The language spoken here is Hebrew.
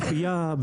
בכפייה,